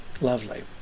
lovely